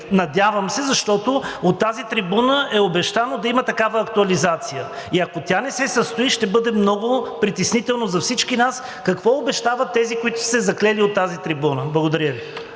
Надявам се, защото от тази трибуна е обещано да има такава актуализация и ако тя не се състои, ще бъде много притеснително за всички нас – какво обещават тези, които са се заклели от тази трибуна. Благодаря Ви.